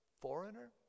foreigner